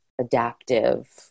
adaptive